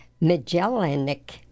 Magellanic